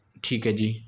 ਠੀਕ ਹੈ ਜੀ